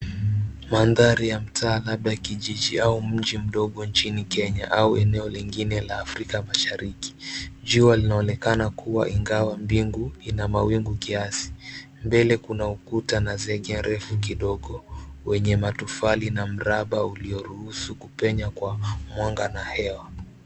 Mandhari ya mtaa labda kijiji au mji mdogo nchini Kenya au eneo lingine la Afrika mashariki. Jua linaonekana kuwa ingawa mbingu ina mawingu kiasi. Mbele kuna ukuta na zege refu kidogo wenye matofali na mraba ulioruhusu kupenya kwa mwanga na hewa.